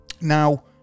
Now